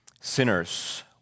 sinners